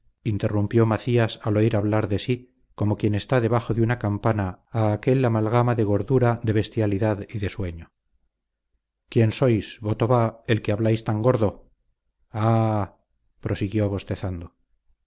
interrumpió macías al oír hablar de sí como quien está debajo de una campana a aquel amalgama de gordura de bestialidad y de sueño quién sois voto va el que habláis tan gordo aah prosiguió bostezando